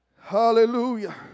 Hallelujah